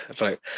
Right